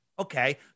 Okay